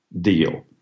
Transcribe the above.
deal